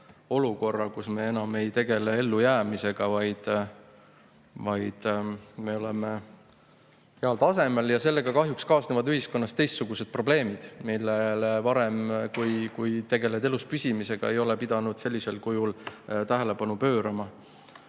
olukorra, kus me enam ei tegele ellujäämisega, vaid oleme heal tasemel. Sellega kahjuks kaasnevad ühiskonnas teistsugused probleemid, millele varem, kui tegeled elus püsimisega, ei ole pidanud sellisel kujul tähelepanu pöörama.